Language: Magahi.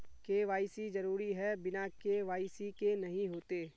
के.वाई.सी जरुरी है बिना के.वाई.सी के नहीं होते?